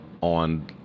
on